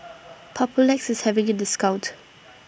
Papulex IS having A discount